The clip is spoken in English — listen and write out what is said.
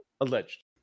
Alleged